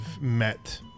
met